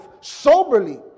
soberly